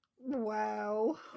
Wow